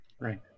Right